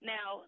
Now